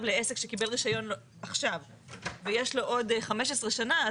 לעסק שקיבל רישיון עכשיו ויש לו עוד 15 שנה,